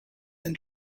and